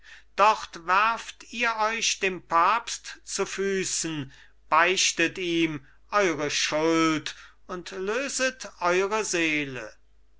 dort werft ihr euch dem papst zu füßen beichtet ihm eure schuld und löset eure seele